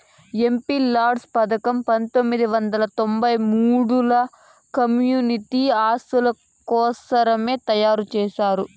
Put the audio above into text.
MPLADS పథకం పంతొమ్మిది వందల తొంబై మూడుల కమ్యూనిటీ ఆస్తుల కోసరమే తయారు చేశారు